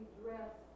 dress